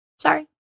Sorry